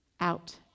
out